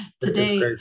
Today